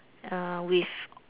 uh with